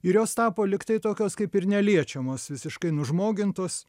ir jos tapo lyg tai tokios kaip ir neliečiamos visiškai nužmogintos